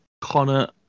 Connor